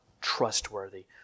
trustworthy